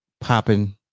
popping